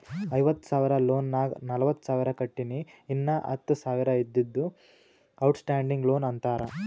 ಐವತ್ತ ಸಾವಿರ ಲೋನ್ ನಾಗ್ ನಲ್ವತ್ತ ಸಾವಿರ ಕಟ್ಟಿನಿ ಇನ್ನಾ ಹತ್ತ ಸಾವಿರ ಇದ್ದಿದ್ದು ಔಟ್ ಸ್ಟ್ಯಾಂಡಿಂಗ್ ಲೋನ್ ಅಂತಾರ